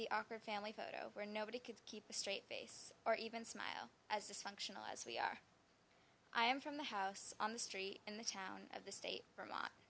the opera family photo where nobody could keep a straight face or even smile as dysfunctional as we are i am from the house on the street in the town of the state of vermont